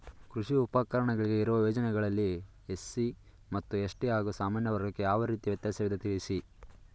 ಕೃಷಿ ಉಪಕರಣಗಳಿಗೆ ಇರುವ ಯೋಜನೆಗಳಲ್ಲಿ ಎಸ್.ಸಿ ಮತ್ತು ಎಸ್.ಟಿ ಹಾಗೂ ಸಾಮಾನ್ಯ ವರ್ಗಕ್ಕೆ ಯಾವ ರೀತಿ ವ್ಯತ್ಯಾಸವಿದೆ ತಿಳಿಸಿ?